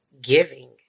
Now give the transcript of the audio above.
giving